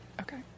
Okay